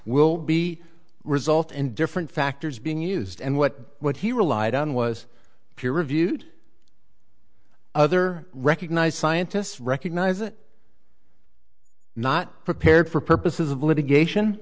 will be result in different factors being used and what what he relied on was peer reviewed other recognized scientists recognize it not prepared for purposes of litigation